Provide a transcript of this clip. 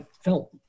felt